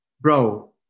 bro